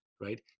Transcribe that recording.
right